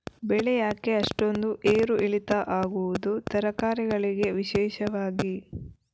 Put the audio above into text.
ಬೆಳೆ ಯಾಕೆ ಅಷ್ಟೊಂದು ಏರು ಇಳಿತ ಆಗುವುದು, ತರಕಾರಿ ಗಳಿಗೆ ವಿಶೇಷವಾಗಿ?